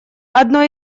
одной